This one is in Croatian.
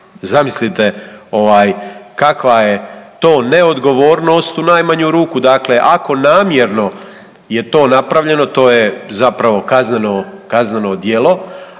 Zamislite kakva je to neodgovornost u najmanju ruku. Dakle, ako namjerno je to napravljeno, to je zapravo kazneno ,